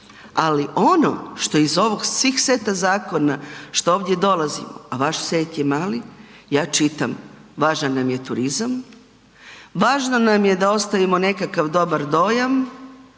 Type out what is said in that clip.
ali ono što iz ovog, svih seta zakona, što ovdje dolazimo, a vaš set je mali, ja čitam, važan nam je turizam, važno nam je da ostavimo nekakav dobar dojam,